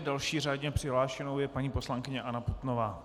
Další řádně přihlášenou je paní poslankyně Anna Putnová.